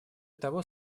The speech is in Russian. того